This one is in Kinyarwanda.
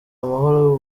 amahoro